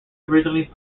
originally